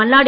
Malladi